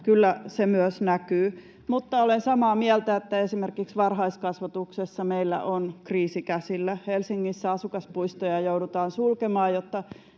kyllä se myös näkyy. Mutta olen samaa mieltä, että esimerkiksi varhaiskasvatuksessa meillä on kriisi käsillä. Helsingissä asukaspuistoja joudutaan sulkemaan, jotta